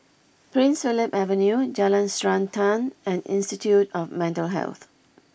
Prince Philip Avenue Jalan Srantan and Institute of Mental Health